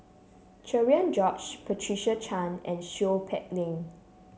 Cherian George Patricia Chan and Seow Peck Leng